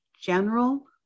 general